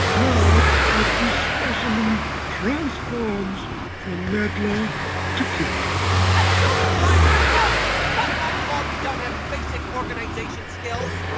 now as this specimen transforms from meddler to killjoy i was only trying to help. it's not my fault you don't have basic organization skills